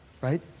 Right